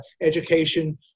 education